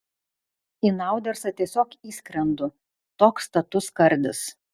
į naudersą tiesiog įskrendu toks status skardis